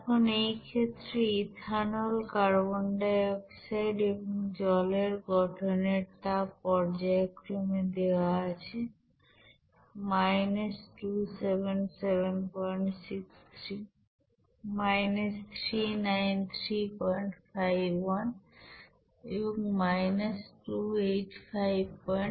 এখন এই ক্ষেত্রে ইথানল কার্বন ডাই অক্সাইড এবং জলের গঠন এর তাপ পর্যায়ক্রমে দেওয়া আছে 27763 39351 এবং 28584